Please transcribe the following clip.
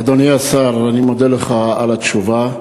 אדוני השר, אני מודה לך על התשובה.